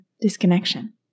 disconnection